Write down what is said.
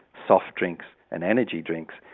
soft-drinks and energy drinks,